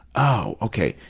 oh, okay,